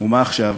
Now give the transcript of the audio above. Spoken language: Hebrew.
ומה עכשיו?